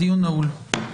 הדיון נעול.